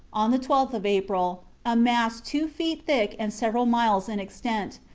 on the twelfth of april, a mass two feet thick and several miles in extent,